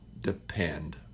depend